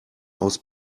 aus